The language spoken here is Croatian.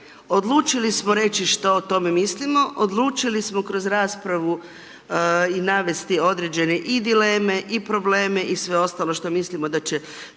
odlučili smo reći što o tome mislimo, odlučili smo kroz raspravu i navesti određene i dileme i probleme i sve ostalo što mislimo da će